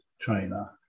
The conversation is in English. trainer